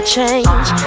Change